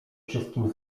wszystkim